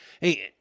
Hey